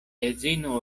edzino